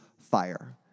fire